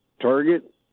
target